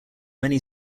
many